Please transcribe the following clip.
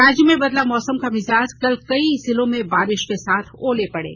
राज्य में बदला मौसम का मिजाज कल कई जिलों में बारिश के साथ ओले पड़े